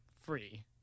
free